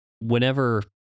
whenever